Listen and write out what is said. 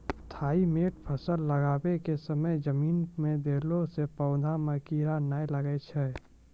Thimet फ़सल लगाबै के समय जमीन मे देला से पौधा मे कीड़ा नैय लागै छै?